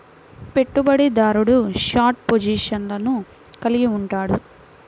పెట్టుబడిదారుడు షార్ట్ పొజిషన్లను కలిగి ఉంటాడు